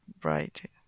bright